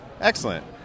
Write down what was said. Excellent